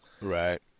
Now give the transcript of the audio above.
Right